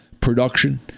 production